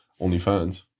OnlyFans